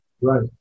Right